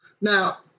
Now